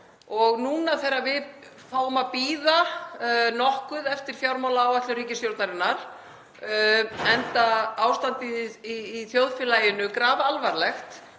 Nú þegar við fáum að bíða nokkuð eftir fjármálaáætlun ríkisstjórnarinnar, enda ástandið í þjóðfélaginu grafalvarlegt